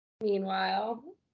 meanwhile